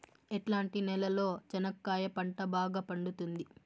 ఎట్లాంటి నేలలో చెనక్కాయ పంట బాగా పండుతుంది?